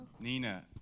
Nina